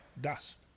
Dust